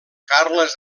carles